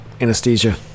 Anesthesia